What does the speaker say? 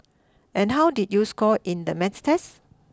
and how did you score in the maths test